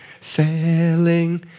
Sailing